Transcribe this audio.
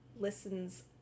listens